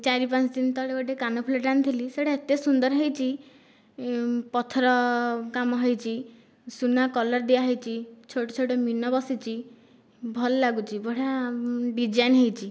ଚାରି ପାଞ୍ଚଦିନ ତଳେ ଗୋଟିଏ କାନଫୁଲ ଟିଏ ଆଣିଥିଲି ସେଇଟା ଏତେ ସୁନ୍ଦର ହେଇଛି ପଥର କାମ ହୋଇଛି ସୁନା କଲର ଦିଆ ହୋଇଛି ଛୋଟ ଛୋଟ ମୀନ ବସିଛି ଭଲ ଲାଗୁଛି ବଢ଼ିଆ ଡ଼ିଜାଇନ ହୋଇଛି